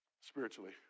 spiritually